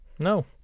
No